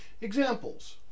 Examples